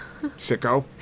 sicko